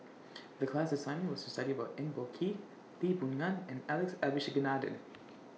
The class assignment was to study about Eng Boh Kee Lee Boon Ngan and Alex Abisheganaden